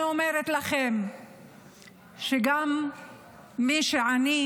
אני אומרת לכם שגם מי שעני